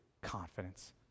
confidence